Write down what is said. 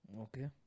okay